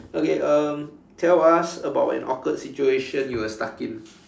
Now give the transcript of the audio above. okay um tell us about an awkward situation you were stuck in